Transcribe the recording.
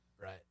Right